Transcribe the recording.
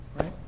right